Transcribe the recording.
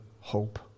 hope